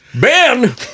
Ben